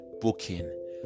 booking